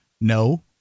No